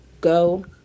Go